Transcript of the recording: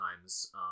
times